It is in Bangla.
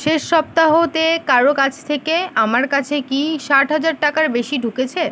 শেষ সপ্তাহতে কারো কাছ থেকে আমার কাছে কি ষাট হাজার টাকার বেশি ঢুকেছে